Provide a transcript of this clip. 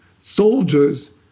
soldiers